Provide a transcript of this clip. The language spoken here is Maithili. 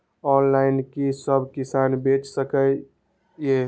ऑनलाईन कि सब किसान बैच सके ये?